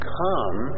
come